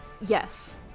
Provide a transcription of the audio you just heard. Yes